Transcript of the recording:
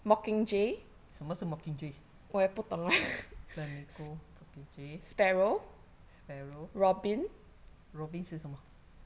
什么是 mockingjay flamingo mockingjay sparrow robin 是什么